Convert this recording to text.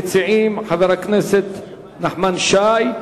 ראשון המציעים הוא חבר הכנסת נחמן שי,